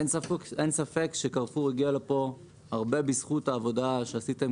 אין ספק שקרפור הגיעה לפה הרבה בזכות העבודה שעשיתם